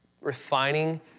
refining